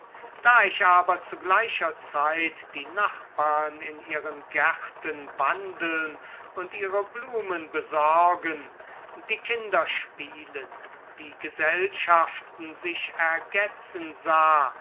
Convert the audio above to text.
da ich aber zu gleicher zeit die nachbarn in ihren gärten wandeln und ihre blumen besorgen die kinder spielen die gesellschaften sich ergetzen sah